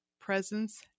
presence